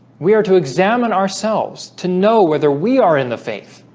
we are to examine ourselves to know whether we are in the faith